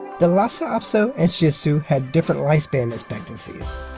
the lhasa apso and shih tzu have different lifespan expectancies.